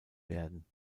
werden